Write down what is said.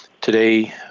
Today